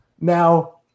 Now